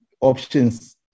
options